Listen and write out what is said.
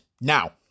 Now